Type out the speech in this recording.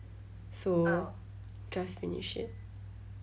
so just finish it